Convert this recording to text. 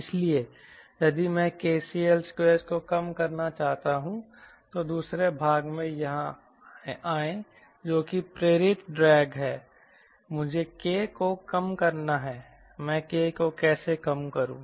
इसलिए यदि मैं kCL2 को कम करना चाहता हूं तो दूसरे भाग में यहां आएं जो कि प्रेरित ड्रैग है मुझे K को कम करना है मैं K को कैसे कम करूं